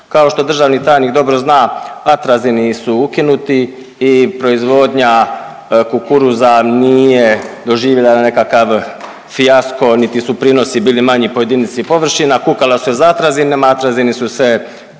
Kao što državni tajnik dobro za atrazini su ukinuti i proizvodnja kukuruza nije doživila nikakav fijasko niti su prinosi bili manji po jedinici površina. Kukalo se za atrazinima, atrazini su se čuveni